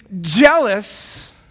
jealous